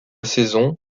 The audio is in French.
saison